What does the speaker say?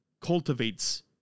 cultivates